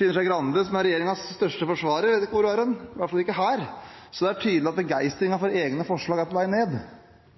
Trine Skei Grande, som er regjeringens største forsvarer, vet jeg ikke hvor er hen. Hun er i hvert fall ikke her. Så det er tydelig at begeistringen for egne forslag er på vei ned,